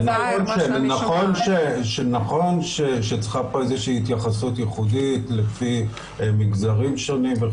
נכון שצריכה פה איזושהי התייחסות ייחודית לפי מגזרים שונים וכולי'.